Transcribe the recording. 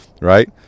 right